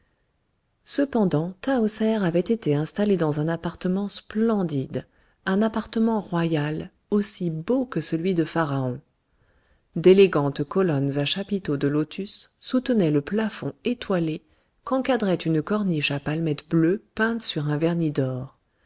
cependant tahuser avait été installée dans un appartement splendide un appartement royal aussi beau que celui de pharaon d'élégantes colonnes à chapiteaux de lotus soutenaient le plafond étoilé qu'encadrait une corniche à palmettes bleues peintes sur un vernis d'or